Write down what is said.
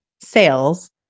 sales